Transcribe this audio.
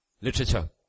Literature